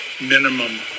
minimum